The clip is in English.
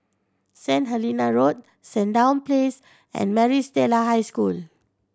Saint Helena Road Sandown Place and Maris Stella High School